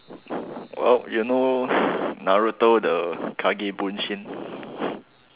well you know Naruto the